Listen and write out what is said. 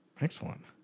Excellent